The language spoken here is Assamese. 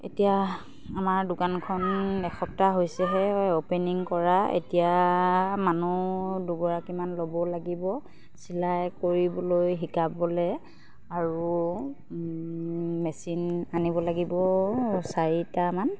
এতিয়া আমাৰ দোকানখন এসপ্তাহ হৈছেহে হয় অ'পেনিং কৰা এতিয়া মানুহ দুগৰাকীমান ল'ব লাগিব চিলাই কৰিবলৈ শিকাবলৈ আৰু মেচিন আনিব লাগিব চাৰিটামান